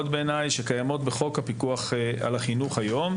בעיניי שקיימות בחוק הפיקוח על החינוך היום,